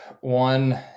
one